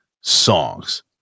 songs